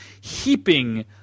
heaping